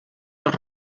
dels